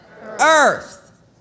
Earth